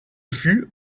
fut